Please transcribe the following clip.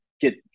get